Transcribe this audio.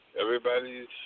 everybody's